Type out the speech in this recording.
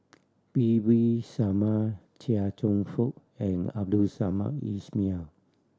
P V Sharma Chia Cheong Fook and Abdul Samad Ismail